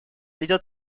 идет